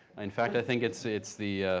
in fact i think it's it's the,